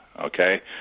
okay